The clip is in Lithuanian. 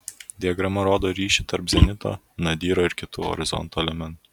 diagrama rodo ryšį tarp zenito nadyro ir kitų horizonto elementų